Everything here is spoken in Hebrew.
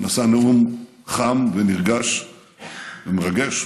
הוא נשא נאום חם ונרגש ומרגש.